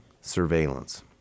surveillance